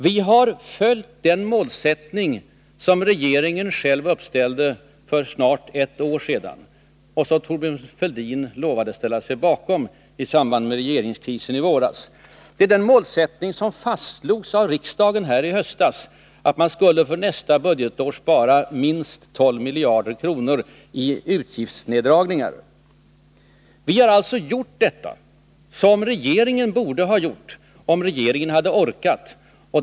Vi har följt den målsättning som trepartiregeringen själv uppställde för snart ett år sedan och som Thorbjörn Fälldin lovade att ställa sig bakom i samband med regeringskrisen i våras. Det är den målsättning som fastslogs av riksdagen i höstas — att man för nästa budgetår skulle spara minst tolv miljarder kronor i utgiftsneddragningar. Vi har alltså gjort det som regeringen borde ha gjort, om regeringen hade orkat.